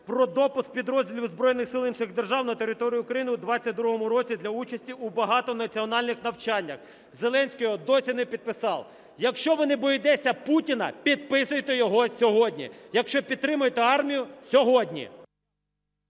про допуск підрозділів збройних сил інших держав на територію України у 2022 році для участі у багатонаціональних навчаннях. Зеленський його й досі не підписав. Якщо ви не боїтеся Путіна, підписуйте його сьогодні, якщо підтримуєте армію – сьогодні!